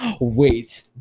Wait